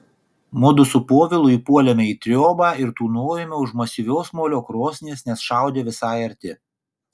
mudu su povilu įpuolėme į triobą ir tūnojome už masyvios molio krosnies nes šaudė visai arti